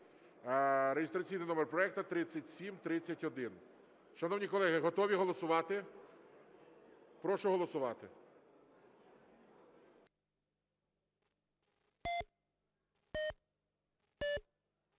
(реєстраційний номер проекту 3731). Шановні колеги, готові голосувати? Прошу голосувати.